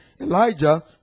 Elijah